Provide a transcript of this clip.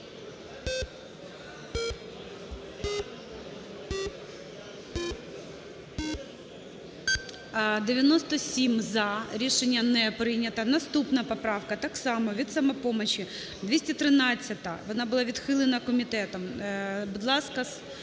За-97 Рішення не прийнято. Наступна поправка так само від "Самопомочі" 213-а. Вона була відхилена комітетом.